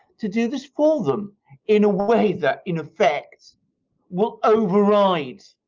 to do this for them in a way that in effect will override,